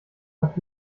hat